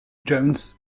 jones